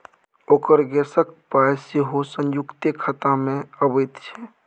ओकर गैसक पाय सेहो संयुक्ते खातामे अबैत छै